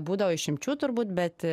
būdavo išimčių turbūt bet